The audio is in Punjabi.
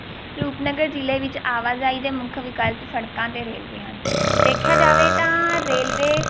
ਰੂਪਨਗਰ ਜ਼ਿਲ੍ਹੇ ਵਿੱਚ ਆਵਾਜਾਈ ਦੇ ਮੁੱਖ ਵਿਕਲਪ ਸੜਕਾਂ ਅਤੇ ਰੇਲਵੇ ਹਨ ਦੇਖਿਆ ਜਾਵੇ ਤਾਂ ਰੇਲਵੇ